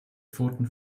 pfoten